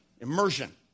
Immersion